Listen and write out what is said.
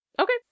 Okay